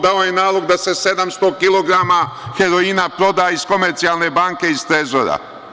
Dao je nalog da se 700 kilograma heroina proda iz Komercijalne banke iz trezora.